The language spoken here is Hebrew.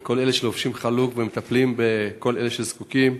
ולכל אלה שלובשים חלוק ומטפלים בכל אלה שזקוקים.